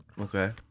Okay